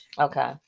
Okay